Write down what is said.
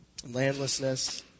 landlessness